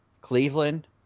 Cleveland